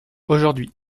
aujourd’hui